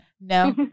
No